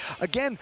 again